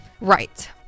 right